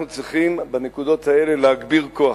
אנחנו צריכים בנקודות האלה להגביר כוח.